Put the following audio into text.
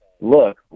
look